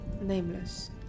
nameless